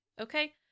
Okay